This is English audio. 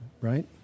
right